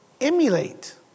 emulate